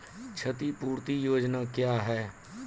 क्षतिपूरती योजना क्या हैं?